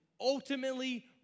ultimately